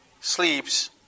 sleeps